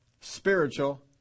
spiritual